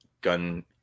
gun